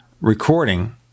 recording